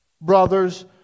brothers